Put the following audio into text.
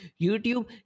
youtube